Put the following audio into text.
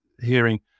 hearing